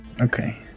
Okay